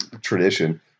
tradition